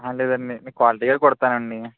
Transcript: అహా లేదండి నేను క్వాలిటీగా కుడతానండి